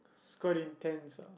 it's quite intense ah